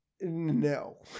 No